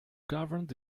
governed